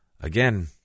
again